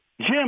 Jim